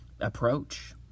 approach